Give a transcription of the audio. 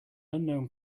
unknown